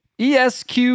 ESQ